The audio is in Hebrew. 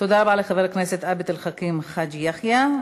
תודה רבה לחבר הכנסת עבד אל חכים חאג' יחיא.